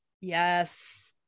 yes